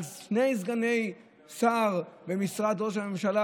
על שני סגני שר במשרד ראש הממשלה,